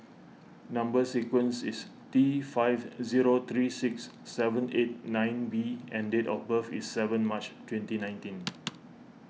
Number Sequence is T five zero three six seven eight nine B and date of birth is seven March twenty nineteen